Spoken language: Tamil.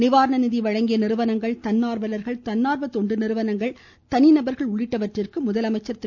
நிவாரண நிதி வழங்கிய நிறுவனங்கள் தன்னார்வலர்கள் தன்னார்வ தொண்டு நிறுவனங்கள் தனிநபர்கள் கார்ப்பரேட் நிறுவனங்கள் உள்ளிட்டவற்றிற்கு முதலமைச்சர் திரு